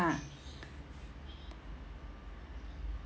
ah